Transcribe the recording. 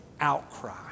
outcry